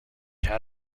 had